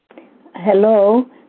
Hello